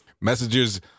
Messages